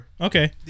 Okay